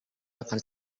akan